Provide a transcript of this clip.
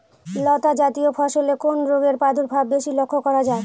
লতাজাতীয় ফসলে কোন রোগের প্রাদুর্ভাব বেশি লক্ষ্য করা যায়?